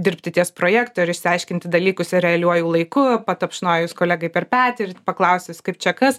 dirbti ties projektu ir išsiaiškinti dalykus realiuoju laiku patapšnojus kolegai per petį ir paklausus kaip čia kas